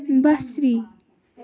بِصری